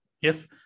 Yes